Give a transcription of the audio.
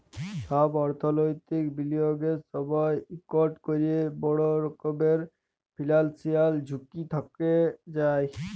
ছব অথ্থলৈতিক বিলিয়গের সময় ইকট ক্যরে বড় রকমের ফিল্যালসিয়াল ঝুঁকি থ্যাকে যায়